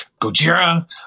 gojira